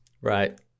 right